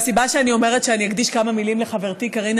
והסיבה שאני אומרת שאני אקדיש כמה מילים לחברתי קארין